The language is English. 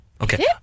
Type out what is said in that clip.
Okay